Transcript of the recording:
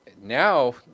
now